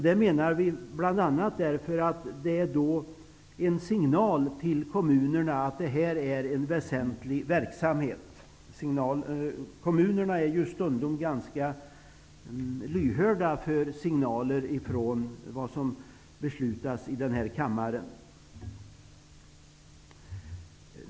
Det ger bl.a. en signal till kommunerna att detta är fråga om en väsentlig verksamhet. Kommunerna är ju stundom ganska lyhörda för vad som beslutas i denna kammare.